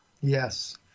Yes